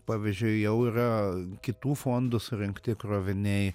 pavyzdžiui jau yra kitų fondų surinkti kroviniai